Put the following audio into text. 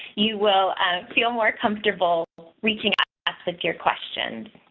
you will feel more comfortable reaching ah us with your questions.